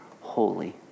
holy